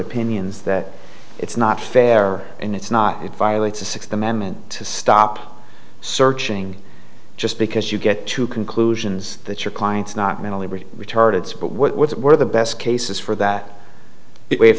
opinions that it's not fair and it's not it violates the sixth amendment to stop searching just because you get to conclusions that your client's not mentally retarded spit what were the best cases for that way of